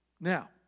Now